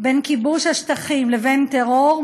בין כיבוש השטחים לבין טרור,